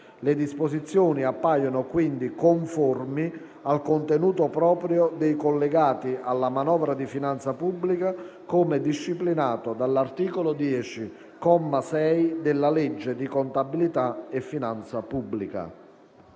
Le disposizioni appaiono quindi conformi al contenuto proprio dei collegati alla manovra di finanza pubblica, come disciplinato dall'articolo 10, comma 6, della legge di contabilità e finanza pubblica».